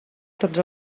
tots